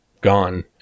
gone